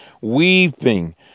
weeping